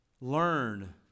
learn